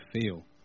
feel